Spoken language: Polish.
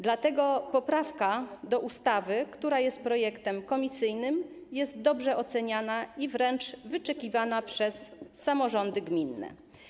Dlatego poprawka zgłoszona do ustawy, która jest projektem komisyjnym, jest dobrze oceniana i wręcz wyczekiwana przez samorządy gminne.